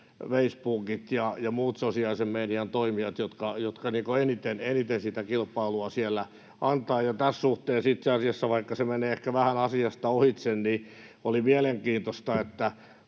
Facebook ja muut sosiaalisen median toimijat, jotka eniten sitä kilpailua siellä antavat. Tässä suhteessa itse asiassa, vaikka se menee ehkä vähän asiasta ohitse, oli mielenkiintoista,